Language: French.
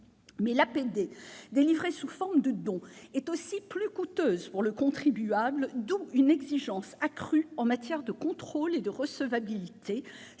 Mais l'APD délivrée sous forme de dons est aussi plus coûteuse pour le contribuable, d'où une exigence accrue en matière de contrôle et de recevabilité,